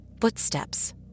footsteps